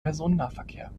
personennahverkehr